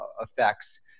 effects